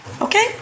Okay